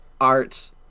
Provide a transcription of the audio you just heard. art